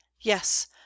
Yes